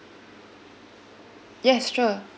yes sure